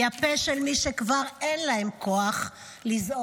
היא הפה של מי שכבר אין להם כוח לזעוק,